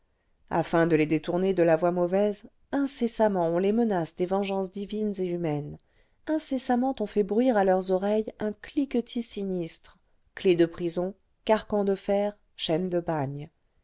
afin de les détourner de la voie mauvaise incessamment on les menace des vengeances divines et humaines incessamment on fait bruire à leurs oreilles un cliquetis sinistre clefs de prison carcans de fer chaînes de bagne